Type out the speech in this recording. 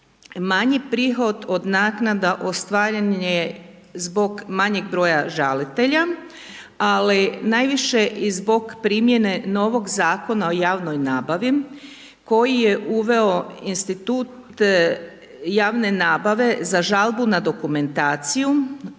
Manji prihod od naknada ostvaren je zbog manjeg broja žalitelja, ali najviše i zbog primjene novog Zakona o javnoj nabavi koji je uveo institut javne nabave za žalbu na dokumentaciju,